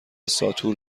ساتور